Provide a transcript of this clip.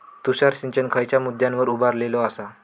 तुषार सिंचन खयच्या मुद्द्यांवर उभारलेलो आसा?